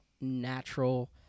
natural